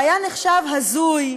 והיה נחשב הזוי,